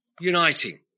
uniting